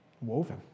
woven